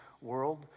world